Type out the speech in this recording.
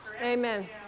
amen